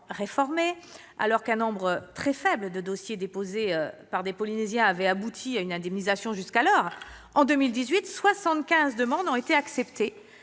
réformé. Alors qu'un nombre très faible de dossiers déposés par des Polynésiens avait abouti à une indemnisation jusqu'alors, ce sont 75 demandes qui, en 2018, ont été acceptées